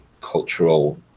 cultural